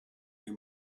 near